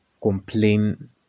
complain